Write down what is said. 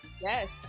Yes